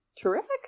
terrific